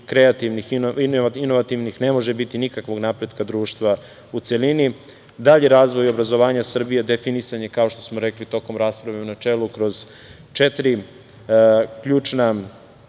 kreativnih, inovativnih ne može biti nikakvog napretka društva u celini. Dalji razvoj obrazovanja Srbije definisan je, kao što smo rekli tokom raspravu u načelu, kroz četiri ključna